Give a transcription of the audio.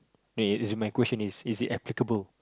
wait is it my question is is it applicable